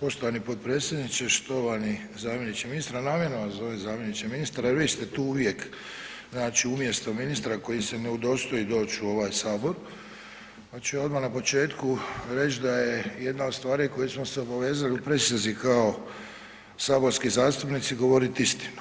Poštovani potpredsjedniče, štovani zamjeniče ministra a namjerno vas zovem zamjeniče ministra jer vi ste tu uvijek, znači umjesto ministra koji se ne udostoji doć u ovaj Sabor pa ću ja odmah na početku reć da je jedna od stvari na koju smo se obavezali u prisezi kao saborski zastupnici, govorit istinu